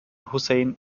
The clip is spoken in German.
hussein